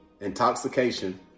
intoxication